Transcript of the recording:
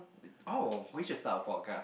oh we should start a podcast